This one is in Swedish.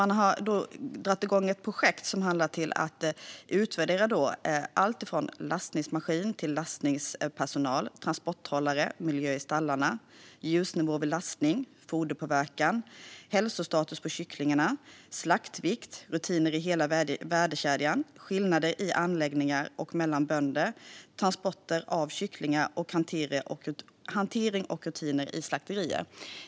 Man har dragit igång ett projekt som syftar till att utvärdera allt från lastningsmaskiner till lastningspersonal, transportbehållare, miljö i stallarna, ljusnivå vid lastning, foderpåverkan, hälsostatus på kycklingarna, slaktvikt, rutiner i hela värdekedjan, skillnader mellan anläggningar och mellan bönder, transporter av kycklingar samt hantering och rutiner i slakterier.